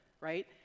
right